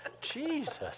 Jesus